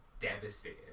devastated